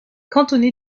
cantonné